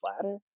flatter